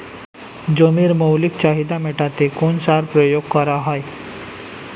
জমির মৌলিক চাহিদা মেটাতে কোন সার প্রয়োগ করা হয়?